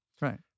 right